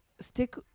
stick